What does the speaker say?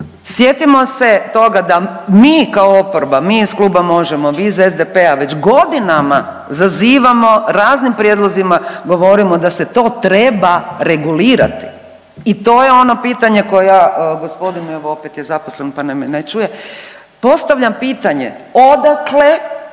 sjetimo se toga da mi kao oporba, mi iz Kluba Možemo!, vi iz SDP-a, već godinama zazivamo raznim prijedlozima govorimo da se to treba regulirati i to je ono pitanje koje ja gospodinu, evo opet je zaposlen, pa me ne čuje, postavljam pitanje odakle